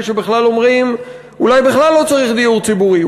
שבכלל אומרים: אולי בכלל לא צריך דיור ציבורי?